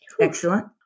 Excellent